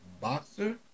boxer